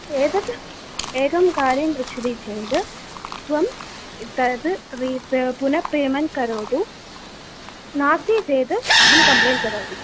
एतत् एकं कार्यं पृच्छति चेद् त्वं तद् री पुनः पेमेण्ट् करोतु नास्ति चेत् अहं कम्प्लेण्ट् करोमि